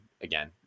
again